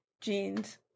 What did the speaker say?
jeans